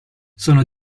sono